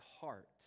heart